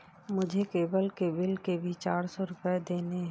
मुझे केबल के बिल के भी चार सौ रुपए देने हैं